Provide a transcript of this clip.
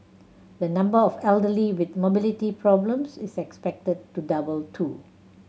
the number of elderly with mobility problems is expected to double too